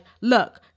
look